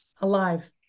alive